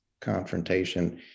confrontation